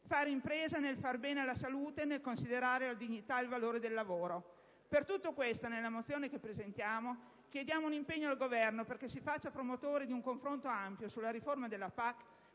fare impresa nel far bene alla salute e nel considerare la dignità e il valore del lavoro. Per tutto questo, nella mozione che presentiamo chiediamo un impegno al Governo perché si faccia promotore di un confronto ampio sulla riforma della PAC